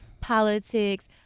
politics